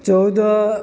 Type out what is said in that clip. चौदह